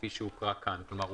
כפי שהוקרא כאן כלומר,